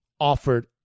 offered